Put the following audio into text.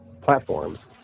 platforms